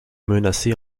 menacée